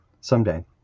someday